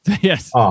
Yes